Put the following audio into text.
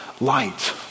light